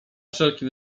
wszelki